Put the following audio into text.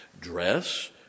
Dress